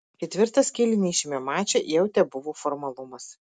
ketvirtas kėlinys šiame mače jau tebuvo formalumas